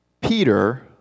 Peter